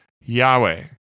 Yahweh